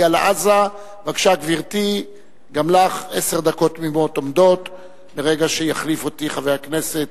על סדר-יומה של מערכת החינוך בישראל.